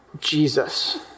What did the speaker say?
Jesus